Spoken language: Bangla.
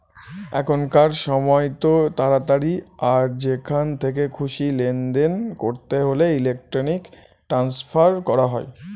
এখনকার সময়তো তাড়াতাড়ি আর যেখান থেকে খুশি লেনদেন করতে হলে ইলেক্ট্রনিক ট্রান্সফার করা হয়